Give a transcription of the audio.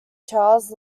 charles